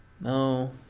No